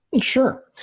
Sure